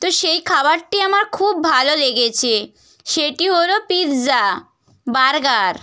তো সেই খাবারটি আমার খুব ভালো লেগেচে সেটি হলো পিৎজা বার্গার